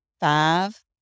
five